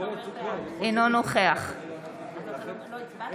אינו נוכח אולי שמעת בעד,